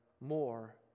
more